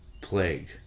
plague